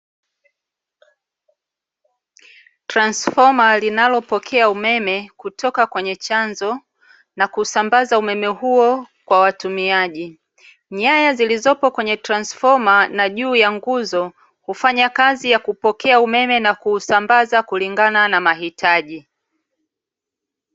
Transifoma linalopokea umeme kutoka kwenye chanzo, na kusambaza umeme huo kwa watumiaji. Nyaya zilizopo kwenye transifoma na juu ya nguzo, hufanya Kazi ya kupokea umeme na kuusambaza kulingana na mahitaji.